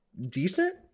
decent